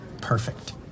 perfect